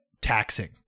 taxing